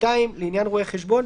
(2) לעניין רואה חשבון,